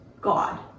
God